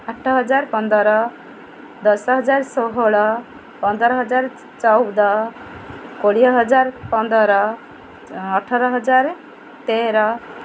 ଆଠ ହଜାର ପନ୍ଦର ଦଶ ହଜାର ଷୋହଳ ପନ୍ଦର ହଜାର ଚଉଦ କୋଡ଼ିଏ ହଜାର ପନ୍ଦର ଅଠର ହଜାର ତେର